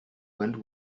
went